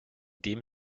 dem